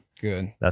good